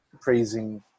praising